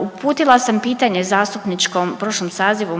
Uputila sam pitanje zastupničko u prošlom sazivu